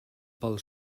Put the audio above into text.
pel